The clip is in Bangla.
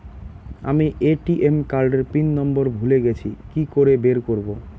আমি এ.টি.এম কার্ড এর পিন নম্বর ভুলে গেছি কি করে বের করব?